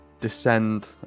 descend